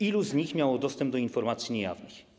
Ilu z nich miało dostęp do informacji niejawnych?